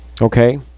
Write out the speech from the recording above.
Okay